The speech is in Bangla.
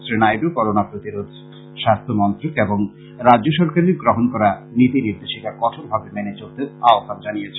শ্রী নাইডু করোনা প্রতিরোধে স্বাস্থ্য মন্ত্রক এবং রাজ্য সরকারের গ্রহন করা নীতি নির্দেশিকা কঠোরভাবে মেনে চলতেও আহ্বান জানিয়েছেন